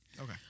Okay